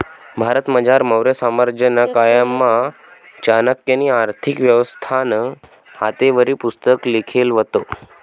भारतमझार मौर्य साम्राज्यना कायमा चाणक्यनी आर्थिक व्यवस्थानं हातेवरी पुस्तक लिखेल व्हतं